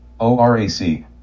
ORAC